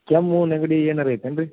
ಕೆಮ್ಮು ನೆಗಡಿ ಏನಾದ್ರು ಐತೇನು ರೀ